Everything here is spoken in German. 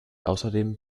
außerdem